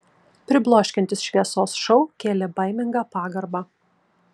pribloškiantis šviesos šou kėlė baimingą pagarbą